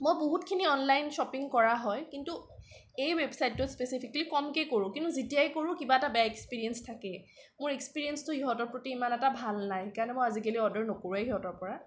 মই বহুতখিনি online shopping কৰা হয় কিন্তু এই ৱেবচাইটটোত স্পেচিফিকেলি কমকৈ কৰোঁ কিন্তু যেতিয়াই কৰোঁ কিবা এটা বেয়া এক্সপিৰিয়েঞ্চ থাকেই মোৰ এক্সপিৰিয়েঞ্চটো ইহঁতৰ প্ৰতি ইমান এটা ভাল নাই সেইকাৰণে মই আজিকালি অৰ্ডাৰ নকৰোঁৱেই ইহঁতৰ পৰা